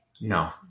No